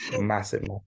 massive